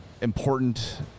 important